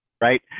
Right